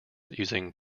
using